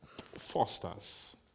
fosters